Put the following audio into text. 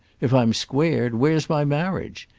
if i'm squared where's my marriage?